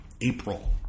April